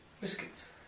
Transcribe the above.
biscuits